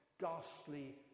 ghastly